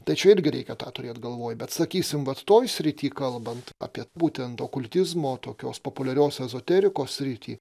tai čia irgi reikia turėt galvoj bet sakysim vat toj srity kalbant apie būtent okultizmo tokios populiarios ezoterikos sritį